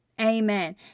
Amen